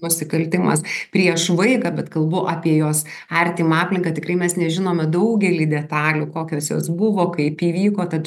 nusikaltimas prieš vaiką bet kalbu apie jos artimą aplinką tikrai mes nežinome daugelį detalių kokios jos buvo kaip įvyko tad